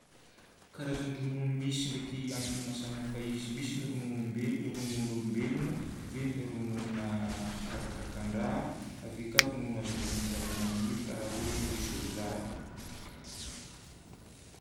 Karazan-dronono misy ndraiky antony maha samy hafa izy: misy ny rononom-be- rononon'olombelogno, ave le rononona kakakakan-draha, ave ka ronono azo avy amin'ny zavamagniry karaha hoe soja.